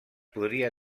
podria